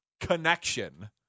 connection